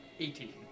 Eighteen